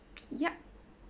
yup